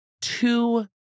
two